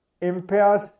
impairs